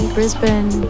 Brisbane